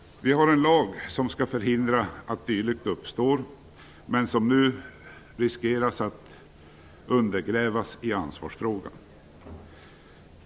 Vi har en lag som skall förhindra att dylikt uppstår men som nu riskerar att undergrävas i ansvarsfrågan.